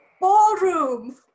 Ballroom